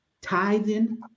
Tithing